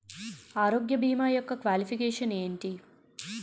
ఆరోగ్య భీమా యెక్క క్వాలిఫికేషన్ ఎంటి?